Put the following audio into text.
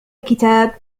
الكتاب